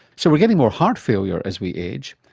so we're getting more heart failure as we age,